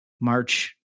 March